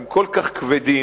הם כל כך כבדים,